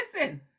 listen